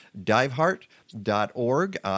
DiveHeart.org